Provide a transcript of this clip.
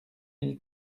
mille